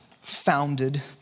Founded